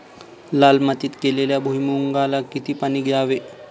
लाल मातीत केलेल्या भुईमूगाला किती पाणी द्यावे?